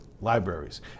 Libraries